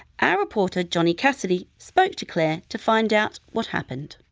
our reporter, johny cassidy, spoke to clare to find out what happened.